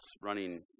running